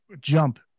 jump